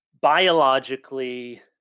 biologically